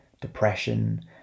depression